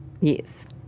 Yes